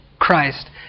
Christ